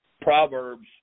Proverbs